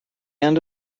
end